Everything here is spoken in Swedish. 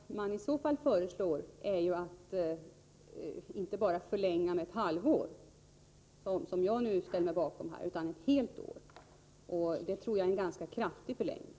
Herr talman! Vad man i så fall föreslår är ju att förlänga inte bara med ett halvår — vilket jag nu ställer mig bakom — utan med ett helt år. Det tror jag är en ganska kraftig förlängning.